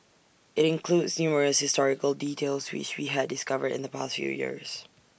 IT includes numerous historical details which we had discovered in the past few years